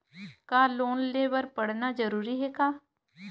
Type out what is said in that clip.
का लोन ले बर पढ़ना जरूरी हे का?